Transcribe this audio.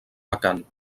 vacant